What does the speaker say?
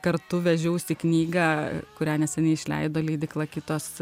kartu vežiausi knygą kurią neseniai išleido leidykla kitos